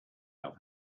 have